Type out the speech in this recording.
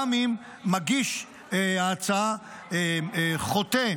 גם אם מגיש ההצעה "חוטא",